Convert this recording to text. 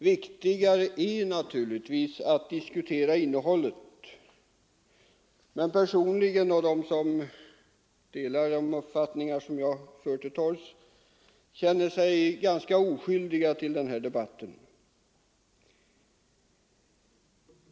Viktigare är naturligtvis att diskutera innehållet, men jag personligen och de som delar de uppfattningar jag för till torgs känner oss ganska oskyldiga till denna debatt.